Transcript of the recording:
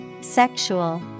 Sexual